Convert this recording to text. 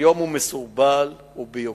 כיום הוא מסורבל וביורוקרטי.